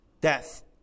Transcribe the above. death